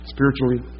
Spiritually